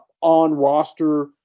on-roster